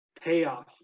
payoff